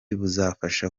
buzafasha